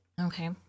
Okay